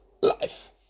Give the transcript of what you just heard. life